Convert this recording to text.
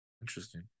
Interesting